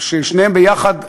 שניהם יחד דרשו,